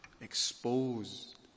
exposed